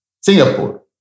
Singapore